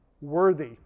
Worthy